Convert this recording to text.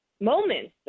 moments